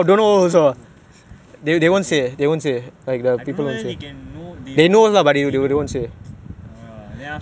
I don't know whether they can know they know ah then after she told me because the thing try to go and